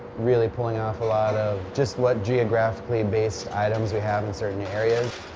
really pulling off a lot of just what geographically based items we have in certain areas.